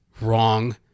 wrong